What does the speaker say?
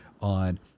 on